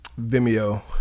Vimeo